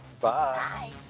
Bye